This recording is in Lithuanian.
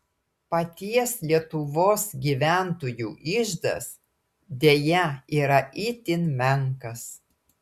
paties lietuvos gyventojų iždas deja yra itin menkas